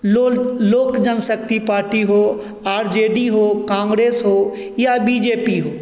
लोल Lok Janshakti party हो R J D हो काँग्रेस हो या बी जे पी हो